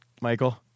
Michael